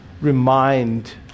remind